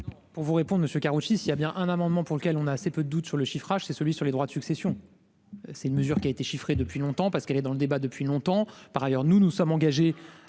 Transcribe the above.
Pour vous réponde, monsieur Karoutchi s'il y a bien un amendement pour lequel on a assez peu de doutes sur le chiffrage, c'est celui sur les droits de succession, c'est une mesure qui a été chiffré depuis longtemps parce qu'elle est dans le débat depuis longtemps, par ailleurs, nous nous sommes engagés